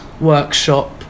workshop